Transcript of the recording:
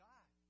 God